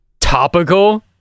topical